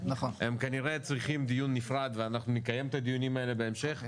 הם כנראה צריכים דיון נפרד ואנחנו נקיים את הדיונים האלה בהמשך.